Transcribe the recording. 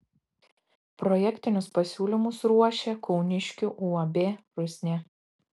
projektinius pasiūlymus ruošė kauniškių uab rusnė